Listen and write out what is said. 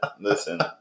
listen